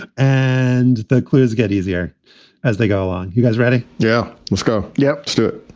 and that clears get easier as they go on. you guys ready? yeah. let's go yeah to